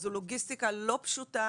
זו לוגיסטיקה לא פשוטה